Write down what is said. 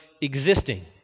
existing